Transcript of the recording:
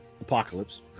Apocalypse